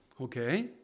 Okay